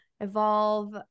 evolve